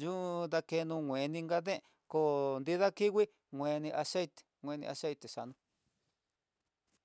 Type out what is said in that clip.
yun dakeno nguenikan deen kó nida kingui mini aceite xana.